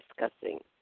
discussing